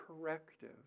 corrective